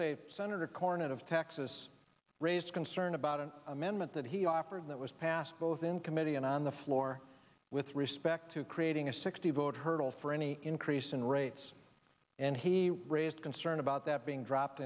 say senator cornet of texas raised concern about an amendment that he offered that was passed both in committee and on the floor with respect to creating a sixty vote hurdle for any increase in rates and he raised concern about that being dropped